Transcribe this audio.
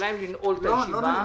הייתי